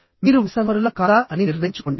మీరు వ్యసనపరులా కాదా అని నిర్ణయించుకోండి